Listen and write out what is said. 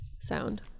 sound